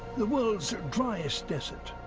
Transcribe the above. the world's driest desert.